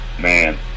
man